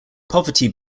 poverty